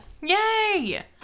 yay